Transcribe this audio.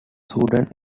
sudan